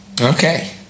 okay